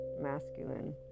masculine